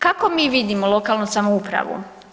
Kako mi vidimo lokalnu samoupravu?